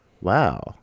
Wow